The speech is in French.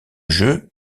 jeu